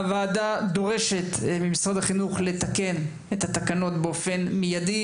הוועדה דורשת ממשרד החינוך לתקן את התקנות באופן מידי,